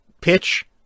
pitch